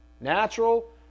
Natural